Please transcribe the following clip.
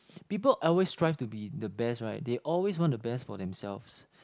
people always strive to be the best right they always want the best for themselves